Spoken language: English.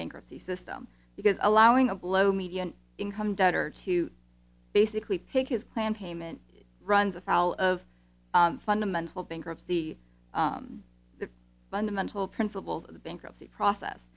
bankruptcy system because allowing a below median income debtor to basically pick his plan payment runs afoul of fundamental bankruptcy the fundamental principles of the bankruptcy process